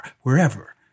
wherever